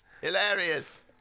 Hilarious